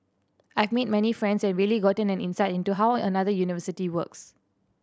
I've made many friends and really gotten an insight into how another university works